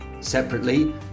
Separately